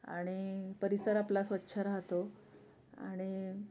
आणि परिसर आपला स्वच्छ राहतो आणि